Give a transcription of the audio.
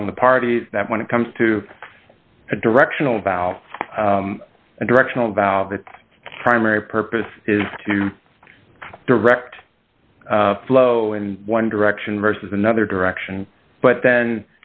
among the parties that when it comes to a directional about a directional valve its primary purpose is to direct flow in one direction versus another direction but then